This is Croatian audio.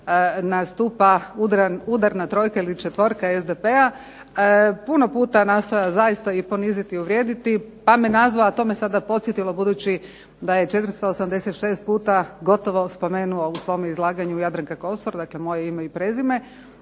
gdje nastupa udarna trojka ili četvorka SDP-a puno puta nastojala zaista i poniziti i uvrijediti. Pa me nazvala, to me sada podsjetilo budući da je 486 puta gotovo spomenuo u svom izlaganju Jadranka Kosor, dakle moje ime i prezime,